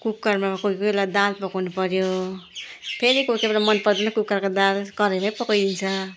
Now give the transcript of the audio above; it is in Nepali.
कुकरमा कोही कोही बेला दाल पकाउनुपर्यो फेरि कोही कोही बेला मनपरेन कुकरको दाल कराहीमै पकाइन्छ